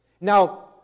Now